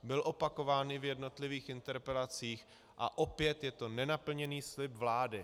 Byly opakovány v jednotlivých interpelacích a opět je to nenaplněný slib vlády.